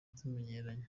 tumenyeranye